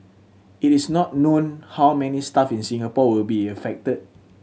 it is not known how many staff in Singapore will be affected